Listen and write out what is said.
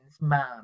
man